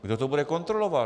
Kdo to bude kontrolovat?